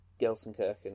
Gelsenkirchen